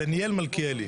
דניאל מלכיאל.